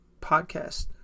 podcast